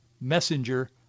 messenger